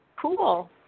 cool